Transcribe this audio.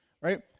Right